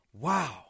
Wow